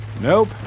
Nope